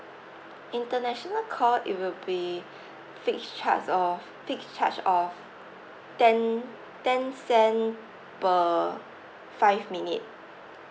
international call it will be fixed charge of fixed charge of ten ten cent per five minute